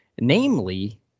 namely